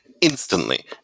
instantly